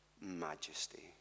majesty